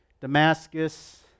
Damascus